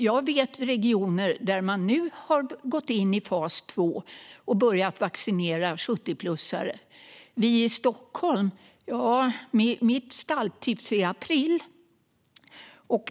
Jag vet regioner där man nu har gått in i fas 2 och börjat vaccinera 70-plussare, men för oss i Stockholm är mitt stalltips april.